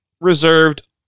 reserved